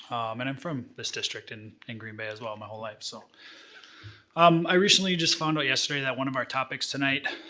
um and i'm from this district in and green bay as well, my whole life. so um i recently just found out yesterday that one of our topics tonight,